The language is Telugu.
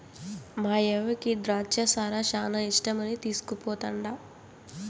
మాయవ్వకి ద్రాచ్చ సారా శానా ఇష్టమని తీస్కుపోతండా